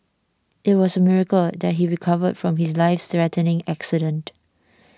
it was a miracle that he recovered from his lifethreatening accident